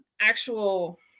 actual